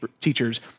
teachers